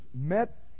met